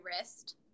wrist